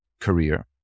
career